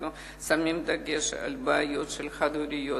אנחנו שמים דגש על בעיות של חד-הוריות.